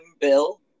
bill